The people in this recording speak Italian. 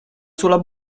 sulla